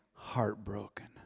Heartbroken